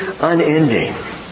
unending